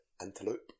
antelope